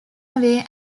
away